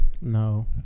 No